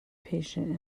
patient